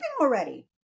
already